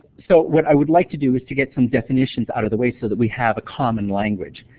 so what i would like to do is to get some definitions out of the way so that we have a common language.